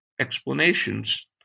explanations